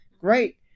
great